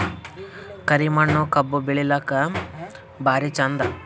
ಕರಿ ಮಣ್ಣು ಕಬ್ಬು ಬೆಳಿಲ್ಲಾಕ ಭಾರಿ ಚಂದ?